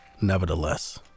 nevertheless